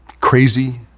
crazy